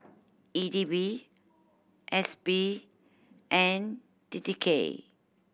E D B S P and T T K